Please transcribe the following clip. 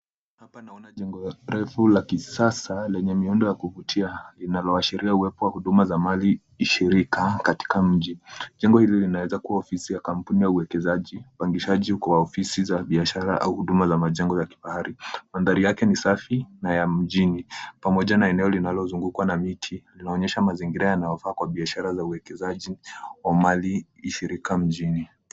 Hapa naona jengo refu la kisasa lenye miundo ya kuvutia, linaloashiria uwepo wa huduma za mali ishirika katika mji. Jengo hili linaweza kuwa ofisi ya kampuni ya uwekezaji, upangishaji wa ofisi za biashara au huduma za majengo ya kifahari. Mandhari yake ni safi na ya mjini pamoja na eneo linalozungukwa na miti, linaonyesha mazingira yanayofaa kwa biashara za uwekezaji wa mali ishirika mjini.